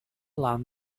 alarm